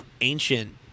ancient